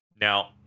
Now